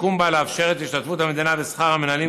והתיקון בא לאפשר את השתתפות המדינה בשכר המנהלים,